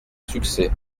succès